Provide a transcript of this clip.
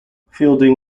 fielding